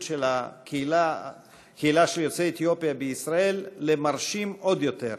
של הקהילה של יוצאי אתיופיה בישראל למרשים עוד יותר.